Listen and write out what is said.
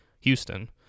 Houston